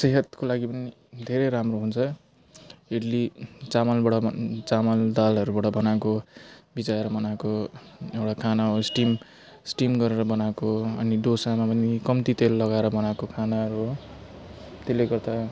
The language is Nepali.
सेहतको लागि पनि धेरै राम्रो हुन्छ इडली चामलबाट चामल दालहरूबाट बनाको भिजाएर बनाको एउटा खाना हो स्टिम स्टिम गरेर बनाएको अनि डोसामा पनि कम्ती तेल लगाएर बनाएको खानाहरू हो त्यसले गर्दा